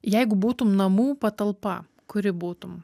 jeigu būtum namų patalpa kuri būtum